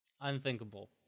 unthinkable